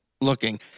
looking